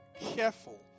careful